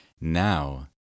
Now